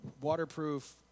Waterproof